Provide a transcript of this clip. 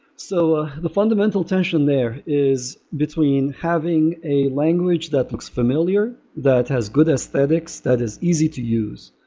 so ah the fundamental tension there is between having a language that looks familiar, that has good aesthetics, that is easy to use,